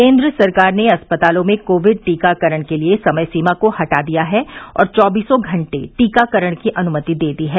केंद्र सरकार ने अस्पतालों में कोविड टीकाकरण के लिए समय सीमा को हटा दिया है और चौबीसों घंटे टीकाकरण की अनुमति दे दी है